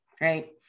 right